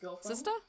Sister